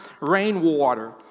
rainwater